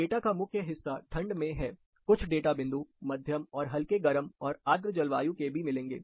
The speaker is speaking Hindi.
डाटा का मुख्य हिस्सा ठंड में है कुछ डाटा बिंदु मध्यम और हल्के गरम और आद्र जलवायु के भी मिलेंगे